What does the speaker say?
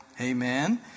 Amen